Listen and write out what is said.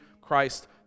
Christ